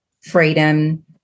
Freedom